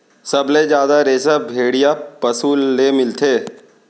सबले जादा रेसा भेड़िया पसु ले मिलथे